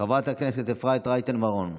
חברת הכנסת אפרת רייטן מרום,